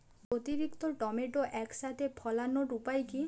অতিরিক্ত টমেটো একসাথে ফলানোর উপায় কী?